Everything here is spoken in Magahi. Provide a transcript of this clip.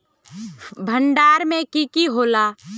भण्डारण में की की होला?